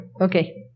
Okay